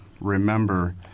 remember